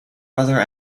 brother